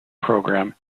program